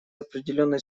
определённой